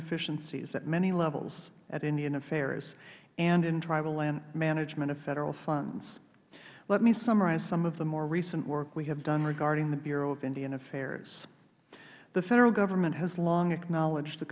inefficiencies at many levels at indian affairs and in tribal land management of federal funds let me summarize some of the more recent work we have done regarding the bureau of indian affairs the federal government has long acknowledged the